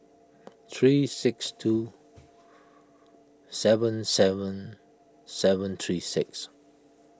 three six two seven seven seven three six